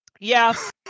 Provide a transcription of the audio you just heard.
Yes